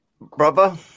brother